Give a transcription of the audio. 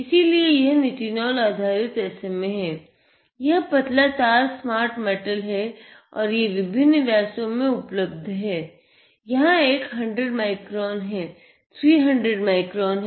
इसका व्यास 100 माइक्रोन है